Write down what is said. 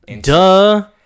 Duh